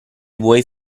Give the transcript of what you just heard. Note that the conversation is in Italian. vuoi